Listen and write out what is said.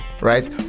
right